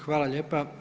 Hvala lijepa.